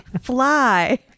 fly